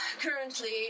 currently